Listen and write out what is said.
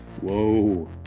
Whoa